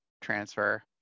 transfer